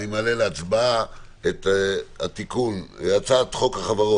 אני מעלה להצבעה את הצעת חוק החברות